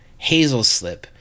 Hazelslip